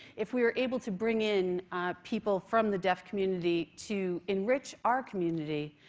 if we were able to bring in people from the deaf community to enrich our community,